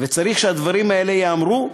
וצריך שהדברים האלה ייאמרו.